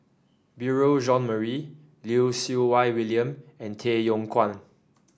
Beurel Jean Marie Lim Siew Wai William and Tay Yong Kwang